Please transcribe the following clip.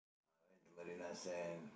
I went to Marina Sands